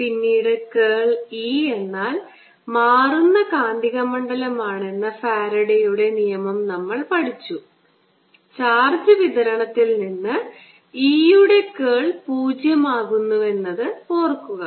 പിന്നീട് curl E എന്നാൽ മാറുന്ന കാന്തിക മണ്ഡലം ആണെന്ന ഫാരഡെയുടെ നിയമം നമ്മൾ പഠിച്ചു ചാർജ് വിതരണത്തിൽ നിന്ന് E യുടെ കേൾ 0 ആകുന്നുവെന്നത് ഓർക്കുക